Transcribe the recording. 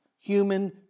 human